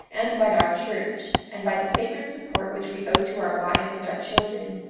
and by our church, and by the sacred support which we owe to our wives and our children,